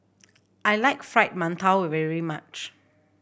I like Fried Mantou very much